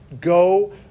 go